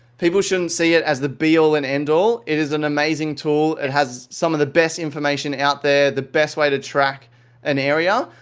people shouldn't see it as the be all and end all. it is an amazing tool. it has some of the best information out there. the best way to track an area.